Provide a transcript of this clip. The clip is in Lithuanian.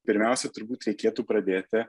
pirmiausia turbūt reikėtų pradėti